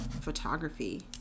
photography